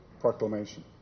proclamation